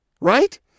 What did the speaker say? Right